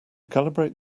calibrate